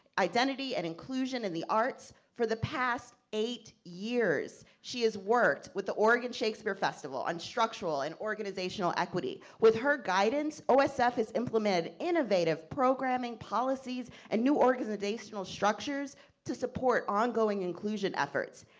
identity and inclusion in the arts for the past eight years. she has worked with the oregon shakespeare festival on structural and organizational equity. with her guidance, osf has implemented innovative, programming policies and new organizational structures to support ongoing inclusion efforts.